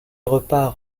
repart